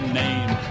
name